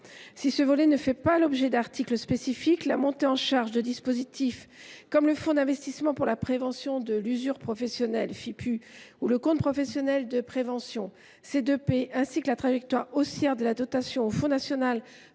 dernier volet ne fait pas l’objet d’articles spécifiques, la montée en charge de dispositifs comme le fonds d’investissement pour la prévention de l’usure professionnelle (Fipu) ou le compte professionnel de prévention (C2P), ainsi que la trajectoire haussière de la dotation au fonds national de